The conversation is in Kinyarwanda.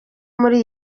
muri